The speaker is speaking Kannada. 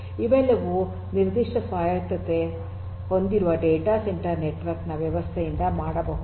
ಇವೆಲ್ಲವೂ ನಿರ್ದಿಷ್ಟ ಸ್ವಾಯತ್ತ ಡೇಟಾ ಸೆಂಟರ್ ನೆಟ್ವರ್ಕ್ ವ್ಯವಸ್ಥೆಯಿಂದ ಮಾಡಬಹುದು